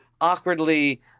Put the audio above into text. awkwardly